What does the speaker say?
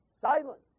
Silence